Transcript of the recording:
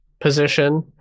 position